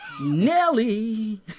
Nelly